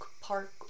Park